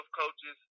coaches